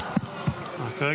--- 5.